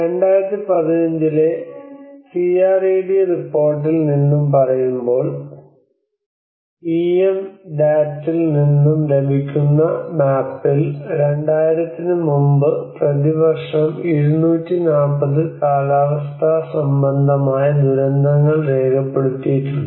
2015 ലെ CRED റിപ്പോർട്ടിൽ നിന്നും പറയുമ്പോൾ ഇഎം ഡാറ്റ് ൽ നിന്നും ലഭിക്കുന്ന മാപ്പിൽ 2000 ന് മുമ്പ് പ്രതിവർഷം 240 കാലാവസ്ഥാ സംബന്ധമായ ദുരന്തങ്ങൾ രേഖപ്പെടുത്തിയിട്ടുണ്ട്